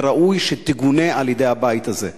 וראוי שתגונה על-ידי הבית הזה.